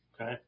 Okay